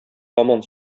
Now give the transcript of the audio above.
һаман